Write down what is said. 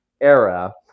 era